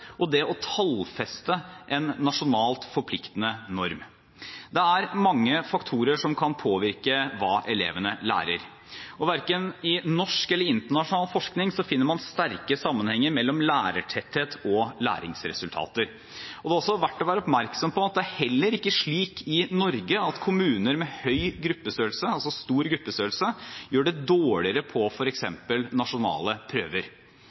og på det å tallfeste en nasjonalt forpliktende norm. Det er mange faktorer som kan påvirke hva elevene lærer. Verken i norsk eller internasjonal forskning finner man sterke sammenhenger mellom lærertetthet og læringsresultater, og det er også verdt å være oppmerksom på at det heller ikke er slik i Norge at kommuner med stor gruppestørrelse gjør det dårligere på f.eks. nasjonale prøver.